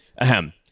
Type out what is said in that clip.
Ahem